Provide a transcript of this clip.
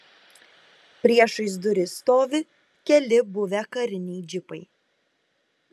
priešais duris stovi keli buvę kariniai džipai